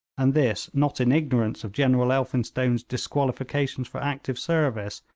and this not in ignorance of general elphinstone's disqualifications for active service,